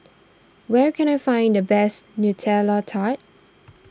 where can I find the best Nutella Tart